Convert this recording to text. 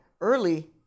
early